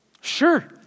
Sure